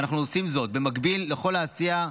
ואנחנו עושים זאת, במקביל לכל העשייה,